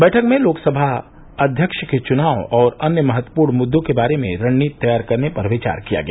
बैठक में लोकसभा अध्यक्ष के चुनाव और अन्य महत्वपूर्ण मुद्दों के बारे में रणनीति तैयार करने पर विचार किया गया